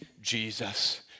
Jesus